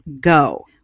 go